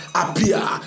appear